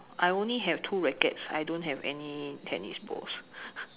I only have two rackets I don't have any tennis balls